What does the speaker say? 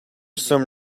some